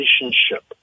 relationship